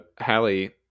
Hallie